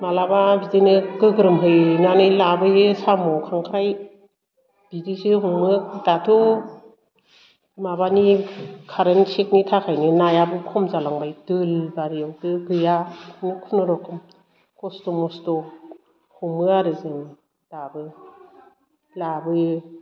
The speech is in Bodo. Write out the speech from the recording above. मालाबा बिदिनो गोग्रोमहैनानै लाबोयो साम खांख्राइ बिदिसो हमो दाथ' माबानि कारेन सेकनि थाखायनो नायाबो खम जालांबाय दै बारियावबो गैया खुनुरुखुम खस्थ मस्थ हमो आरो जों दाबो लाबोयो